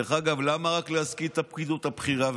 דרך אגב, למה להשכיל רק את הפקידות הבכירה?